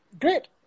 great